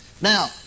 now